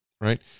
right